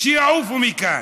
שיעפו מכאן.